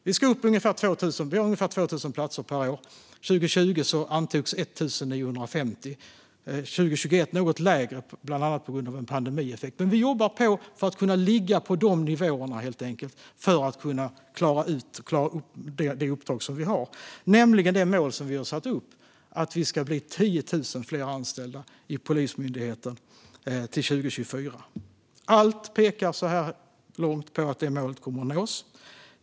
Vi har ungefär 2 000 platser per år, och 2020 antogs 1 950. År 2021 var det något färre, bland annat på grund av en pandemieffekt, men vi jobbar på för att kunna ligga på de nivåerna. Det gör vi för att klara det uppdrag vi har, nämligen det mål vi har satt upp om att det ska bli 10 000 fler anställda i Polismyndigheten till 2024. Så här långt pekar allt mot att det målet kommer att nås.